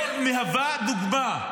לא מהווה דוגמה.